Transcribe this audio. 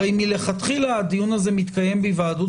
הרי מלכתחילה הדיון הזה מתקיים בהיוועדות